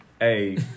Hey